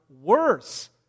worse